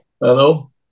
Hello